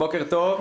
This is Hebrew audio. בוקר טוב.